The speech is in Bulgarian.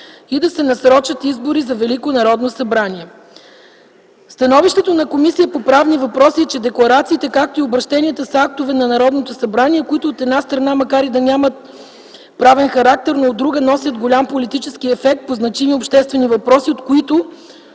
и да се насрочат избори за Велико Народно събрание. Становището на Комисията по правни въпроси е, че декларациите, както и обръщенията, са актове на Народното събрание, които, от една страна, макар и да нямат правен характер, но от друга – носят голям политически ефект по значими обществени въпроси, от който